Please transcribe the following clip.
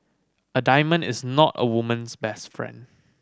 a diamond is not a woman's best friend